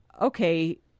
okay